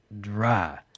dry